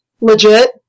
legit